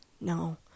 No